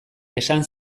esan